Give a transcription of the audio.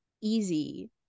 easy